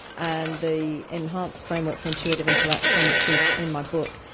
and the enhanced framework for intuitive interaction, which is in my book,